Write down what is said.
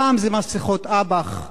פעם זה מסכות אב"כ,